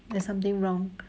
there's something wrong